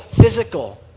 physical